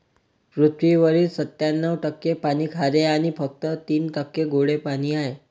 पृथ्वीवरील सत्त्याण्णव टक्के पाणी खारे आणि फक्त तीन टक्के गोडे पाणी आहे